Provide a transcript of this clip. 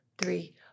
three